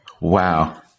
Wow